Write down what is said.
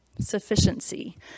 Sufficiency